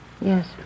Yes